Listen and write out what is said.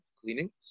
cleaning